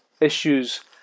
issues